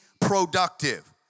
productive